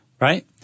right